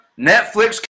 Netflix